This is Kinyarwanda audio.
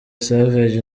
savage